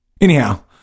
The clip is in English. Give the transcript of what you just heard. Anyhow